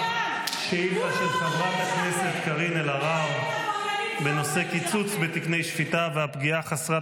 שאילתה של חברת הכנסת קארין אלהרר בנושא קיצוץ בתקני שפיטה והפגיעה חסרת